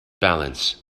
balance